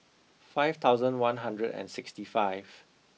five thousand one hundred and sixty five